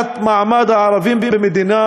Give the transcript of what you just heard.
בעיית מעמד הערבים במדינה,